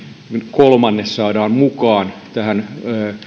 kolmannes saadaan mukaan tähän